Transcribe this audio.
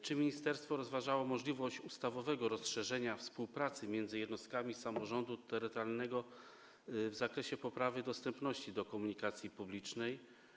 Czy ministerstwo rozważało możliwość ustawowego rozszerzenia współpracy między jednostkami samorządu terytorialnego w zakresie poprawy dostępności komunikacji publicznej?